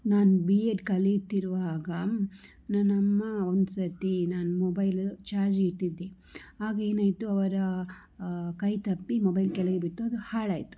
ನಾನ್ B Ed ಕಲೀತಿರುವಾಗ ನನ್ನಮ್ಮ ಒಂದು ಸತಿ ನಾನು ಮೊಬೈಲ್ ಚಾರ್ಜಿಗೆ ಇಟ್ಟಿದ್ದೆ ಆಗ ಏನಾಯಿತು ಅವರ ಕೈ ತಪ್ಪಿ ಮೊಬೈಲ್ ಕೆಳಗೆ ಬಿತ್ತು ಅದು ಹಾಳಾಯಿತು